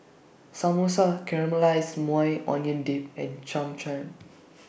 Samosa Caramelized Maui Onion Dip and Cham Cham